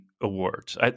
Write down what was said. awards